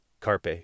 Carpe